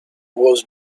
was